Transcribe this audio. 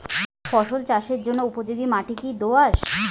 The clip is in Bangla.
ফসল চাষের জন্য উপযোগি মাটি কী দোআঁশ?